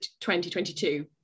2022